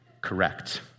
correct